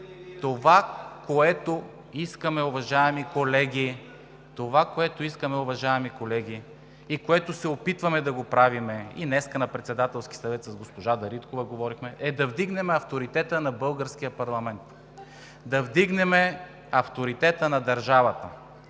Това, което искаме, уважаеми колеги, и което се опитваме да го правим, и днес на Председателския съвет с госпожа Дариткова говорихме, е да вдигнем авторитета на българския парламент, да вдигнем авторитета на държавата.